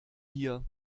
hier